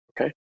okay